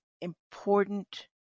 important